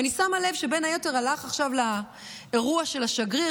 ואני שמה לב שבין היתר הוא הלך עכשיו לאירוע של השגריר,